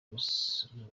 rusangi